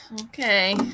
Okay